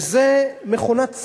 וזה מכונת צילום.